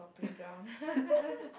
for playground